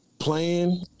Playing